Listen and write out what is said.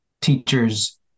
teachers